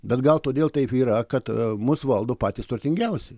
bet gal todėl taip yra kad mus valdo patys turtingiausi